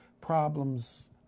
problems